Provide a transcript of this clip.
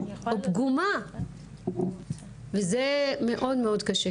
או פגומה וזה מאוד מאוד קשה,